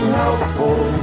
helpful